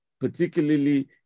particularly